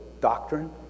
doctrine